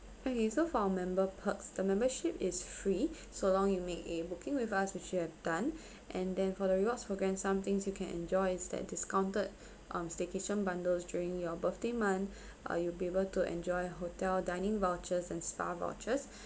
okay so for our member perks the membership is free so long you make a booking with us which you have done and then for the rewards program some things you can enjoy is that discounted um staycation bundles during your birthday month uh you'll be able to enjoy hotel dining vouchers and spa vouchers